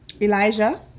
Elijah